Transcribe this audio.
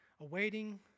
Awaiting